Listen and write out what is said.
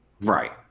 Right